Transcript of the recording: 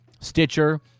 Stitcher